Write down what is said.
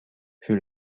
für